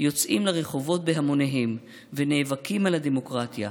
יוצאים לרחובות בהמוניהם ונאבקים על הדמוקרטיה.